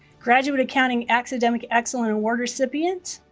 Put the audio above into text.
graduate accounting academic excellence award recipient